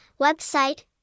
website, (